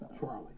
Charlie